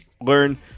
learn